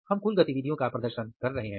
हम कुल गतिविधियों का प्रदर्शन कर रहे हैं